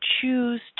choose